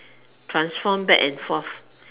transform back and forth